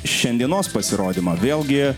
šiandienos pasirodymą vėlgi